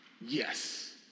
Yes